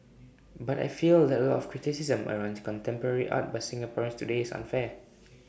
but I feel that A lot of the criticism around contemporary art by Singaporeans today is unfair